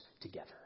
together